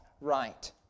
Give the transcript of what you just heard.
right